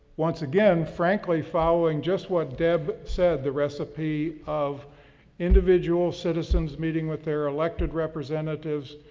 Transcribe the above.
once again, frankly following just what deb said, the recipe of individual citizens meeting with their elected representatives,